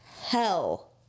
hell